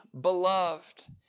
beloved